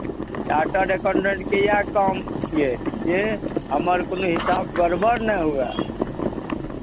charter अकाउंडेन्टके इएह काम छियै जे हमर कोनो हिसाब गड़बड़ नहि हुए